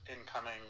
incoming